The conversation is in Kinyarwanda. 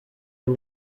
uyu